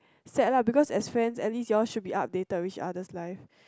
sad lah because as friends at least you all should be updated other's life